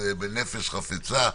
ובנפש חפצה.